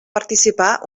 participar